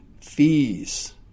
fees